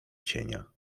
cienia